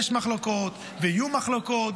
יש מחלוקות ויהיו מחלוקות,